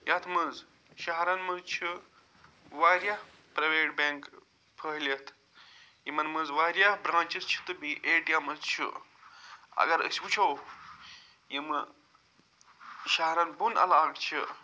یَتھ منٛز شہرن منٛز چھِ وارِیاہ پرٛایویٹ بینٛک پھٔہلِتھ یِمن منٛز وارِیاہ برانٛچٕز چھِ تہٕ بیٚیہِ اےٚ ٹی ایمٕز چھِ اگر أسۍ وُچھو یِمہٕ شہرن بۅن علاقہٕ چھِ